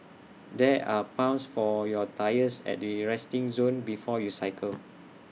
there are pumps for your tyres at the resting zone before you cycle